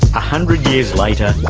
hundred years later,